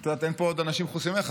אין פה עוד אנשים חוץ ממך,